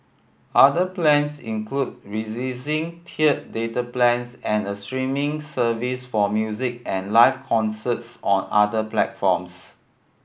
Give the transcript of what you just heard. other plans include releasing tiered data plans and a streaming service for music and live concerts on other platforms